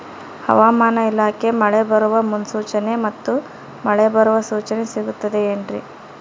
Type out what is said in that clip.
ಹವಮಾನ ಇಲಾಖೆ ಮಳೆ ಬರುವ ಮುನ್ಸೂಚನೆ ಮತ್ತು ಮಳೆ ಬರುವ ಸೂಚನೆ ಸಿಗುತ್ತದೆ ಏನ್ರಿ?